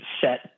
set